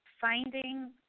finding